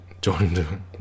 Jordan